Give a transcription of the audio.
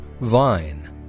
vine